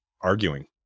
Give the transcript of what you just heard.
arguing